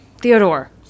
Theodore